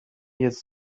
jetzt